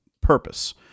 purpose